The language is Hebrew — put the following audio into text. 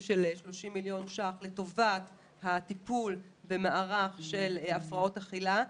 30 מיליון ש"ח לטובת הטיפול במערך של הפרעות אכילה.